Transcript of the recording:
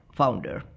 founder